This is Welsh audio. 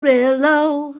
amarillo